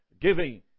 giving